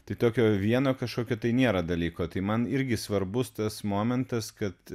tai tokio vieno kažkokio tai nėra dalyko tai man irgi svarbus tas momentas kad